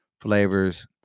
flavors